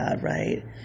right